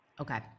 okay